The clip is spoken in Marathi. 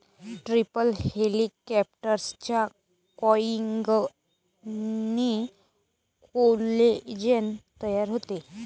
ट्रिपल हेलिक्सच्या कॉइलिंगने कोलेजेन तयार होते